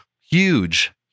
Huge